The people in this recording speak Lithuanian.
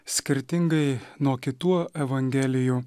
skirtingai nuo kitų evangelijų